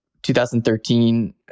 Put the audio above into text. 2013